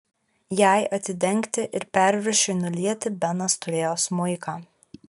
jai atidengti ir perviršiui nulieti benas turėjo smuiką